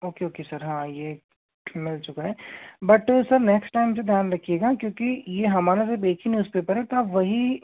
okay okay sir हाँ यह मिल चुका है बट सर नेक्स्ट टाइम से ध्यान रखिएगा क्योंकि यह हमारा सिर्फ एक ही न्यूज़पेपर है तो आप वही